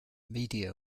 media